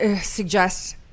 suggest